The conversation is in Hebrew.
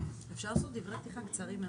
אפשר לומר דברי פתיחה קצרים מאוד?